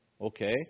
Okay